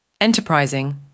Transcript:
Enterprising